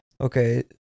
Okay